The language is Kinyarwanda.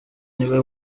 niwe